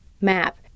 MAP